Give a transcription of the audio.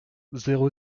zéro